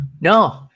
No